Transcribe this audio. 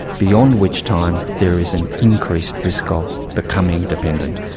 beyond which time there is an increased risk of becoming dependent.